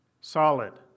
solid